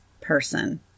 person